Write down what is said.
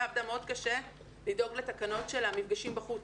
עבדה מאוד קשה לדאוג לתקנות של המפגשים בחוץ.